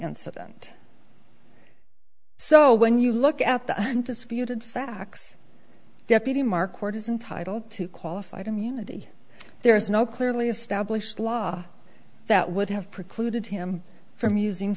incident so when you look at the undisputed facts deputy markhor doesn't title to qualified immunity there is no clearly established law that would have precluded him from using